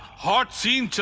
hot scene